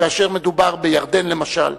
כאשר מדובר בירדן למשל.